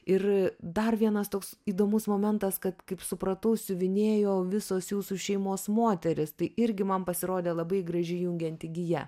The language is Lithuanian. ir dar vienas toks įdomus momentas kad kaip supratau siuvinėjo visos jūsų šeimos moterys tai irgi man pasirodė labai graži jungianti gija